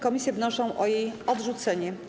Komisje wnoszą o jej odrzucenie.